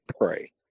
pray